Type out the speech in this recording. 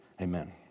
Amen